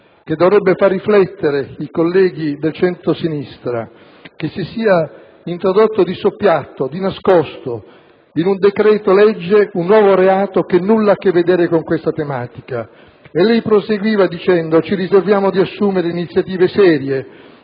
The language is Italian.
«che dovrebbe far riflettere i colleghi del centrosinistra, che si sia introdotto di soppiatto, di nascosto in un decreto-legge un nuovo reato che nulla ha a che vedere con questa tematica». Poi proseguiva dicendo: «Ci riserviamo di assumere iniziative serie,